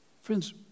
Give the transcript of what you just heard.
Friends